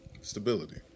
Stability